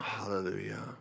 Hallelujah